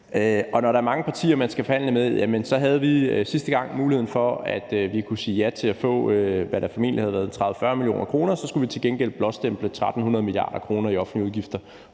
og når der er mange partier, man skal forhandle med, så havde vi sidste gang muligheden for, at vi kunne sige ja til at få, hvad der formentlig havde været 30-40 mio. kr., og så skulle vi til gengæld blåstemple 1.300 mia. kr. i offentlige udgifter,